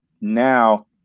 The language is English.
now